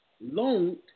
loaned